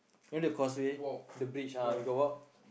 you know the causeway the bridge ah you got walk